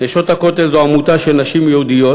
"נשות הכותל" הן עמותה של נשים יהודיות